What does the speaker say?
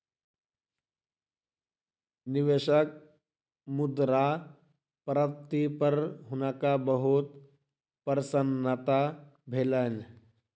निवेशक मुद्रा प्राप्ति पर हुनका बहुत प्रसन्नता भेलैन